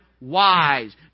wise